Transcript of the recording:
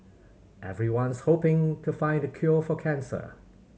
everyone's hoping to find the cure for cancer